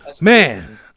Man